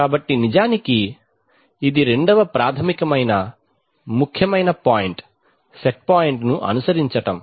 కాబట్టి నిజానికి కాబట్టి ఇది రెండవ ప్రాథమిక ముఖ్యమైన పాయింట్ సెట్ పాయింట్ను అనుసరించటం